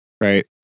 right